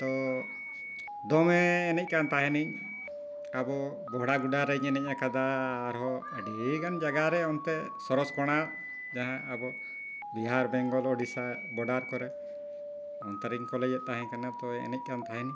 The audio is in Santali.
ᱛᱚ ᱫᱚᱢᱮ ᱮᱱᱮᱡ ᱠᱟᱱ ᱛᱟᱦᱮᱱᱤᱧ ᱟᱵᱚ ᱵᱚᱦᱲᱟ ᱜᱳᱲᱟ ᱨᱤᱧ ᱮᱱᱮᱡ ᱟᱠᱟᱫᱟ ᱟᱨᱦᱚᱸ ᱟᱹᱰᱤ ᱜᱟᱱ ᱡᱟᱭᱜᱟᱨᱮ ᱚᱱᱛᱮ ᱥᱚᱨᱚᱥ ᱠᱚᱬᱟ ᱡᱟᱦᱟᱸ ᱟᱵᱚ ᱵᱤᱦᱟᱨ ᱵᱮᱝᱜᱚᱞ ᱳᱲᱤᱥᱥᱟ ᱵᱚᱰᱟᱨ ᱠᱚᱨᱮ ᱚᱱᱛᱮ ᱨᱤᱧ ᱠᱚᱞᱮᱡᱽ ᱮᱫ ᱛᱟᱦᱮᱸ ᱠᱟᱱᱟ ᱛᱚ ᱮᱱᱮᱡ ᱠᱟᱱ ᱛᱟᱦᱮᱱᱤᱧ